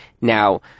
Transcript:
Now